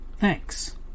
Thanks